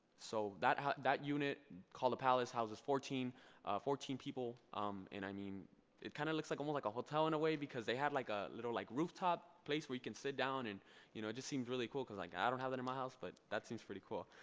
so that that unit called the palace houses fourteen fourteen people um and i mean it kind of looks like um like a hotel in a way because they had like a little like rooftop place where you can sit down and you know it just seems really cool cause like i don't have that in my house but that seems pretty cool.